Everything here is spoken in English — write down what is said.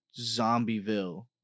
zombieville